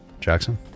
Jackson